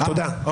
תודה.